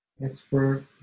expert